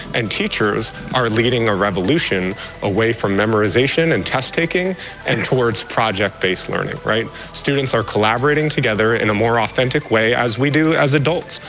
and teachers are leading a revolution away from memorization and test taking and towards project based learning. students are collaborating together in a more authentic way as we do as adults.